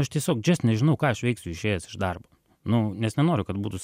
aš tiesiog nežinau ką aš veiksiu išėjęs iš darbo nu nes nenoriu kad būtų